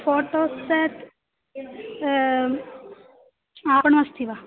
photo set आपणमस्ति वा